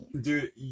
Dude